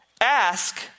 Ask